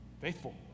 Faithful